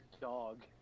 dog